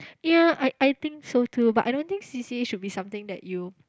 ya I I think so too but I don't think C_C_A should be something that you